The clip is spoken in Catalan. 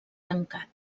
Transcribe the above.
tancat